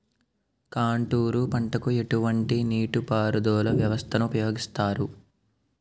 Contour పంటకు ఎటువంటి నీటిపారుదల వ్యవస్థను ఉపయోగిస్తారు?